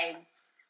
eggs